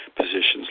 positions